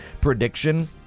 prediction